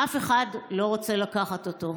אף אחד לא רוצה לקחת אותו.